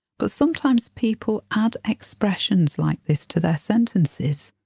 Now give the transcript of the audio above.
but sometimes people add expressions like this to their sentences.